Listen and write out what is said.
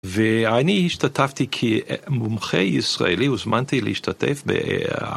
ואני השתתפתי כמומחה ישראלי, הוזמנתי להשתתף ב..